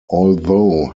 although